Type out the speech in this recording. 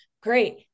Great